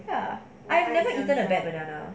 ya have you eaten a bad banana